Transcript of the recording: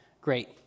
great